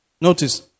notice